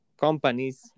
companies